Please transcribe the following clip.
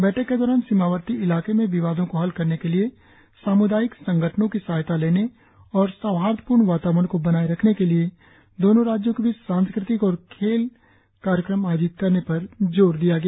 बैठक के दौरान सीमावर्ती इलाकें में विवाद को हल करने के लिए सामुदायिक संगठनों की सहायता लेने और सौहार्दपूर्ण वातावरण को बनाए रखने के लिए दोनों राज्यों के बीच संस्कृतिक और खेल कार्यक्रम आयोजित करने पर जोर दिया गया